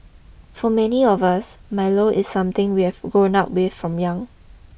for many of us Milo is something we have grown up with from young